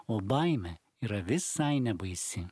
o baimė yra visai nebaisi